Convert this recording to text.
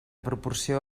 proporció